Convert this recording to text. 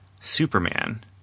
Superman